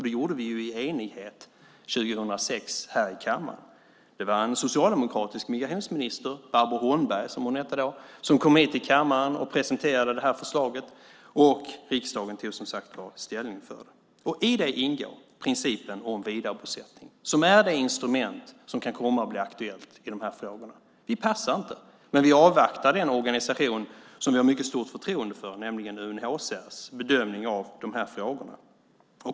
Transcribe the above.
Det gjorde vi ju i enighet 2006 i kammaren. Det var en socialdemokratisk migrationsminister, Barbro Holmberg som hon hette, som kom till kammaren och presenterade det här förslaget. Riksdagen tog, som sagt var, ställning för det. I det ingår principen om vidarebosättning som är det instrument som kan komma att bli aktuellt i de här frågorna. Vi passar inte, men vi avvaktar den organisation som vi har mycket stort förtroende för, nämligen UNHCR:s bedömning av de här frågorna.